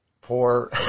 poor